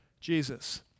Jesus